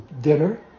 dinner